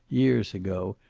years ago,